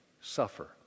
suffer